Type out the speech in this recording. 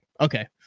okay